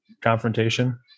confrontation